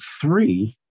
three